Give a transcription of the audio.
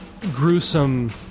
gruesome